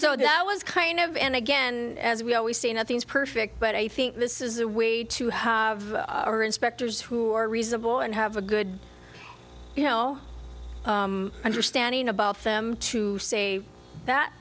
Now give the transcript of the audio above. thought that was kind of and again as we always say nothing's perfect but i think this is a way to have our inspectors who are reasonable and have a good you know understanding about them to say that